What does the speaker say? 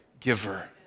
Giver